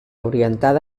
orientada